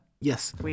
Yes